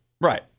Right